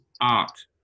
art